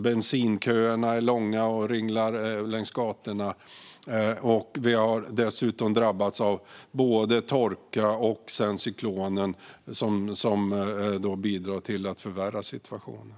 Bensinköerna är långa och ringlar längs gatorna. Landet har dessutom drabbats av både torka och sedan cyklonen som bidrar till att förvärra situationen.